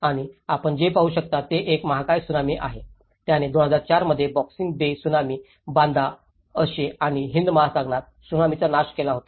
आणि आपण जे पाहू शकता ते एक महाकाय त्सुनामी आहे ज्याने 2004 मध्ये Boxing Day tsunami Banda Aceh आणि हिंद महासागर त्सुनामीचा नाश केला होता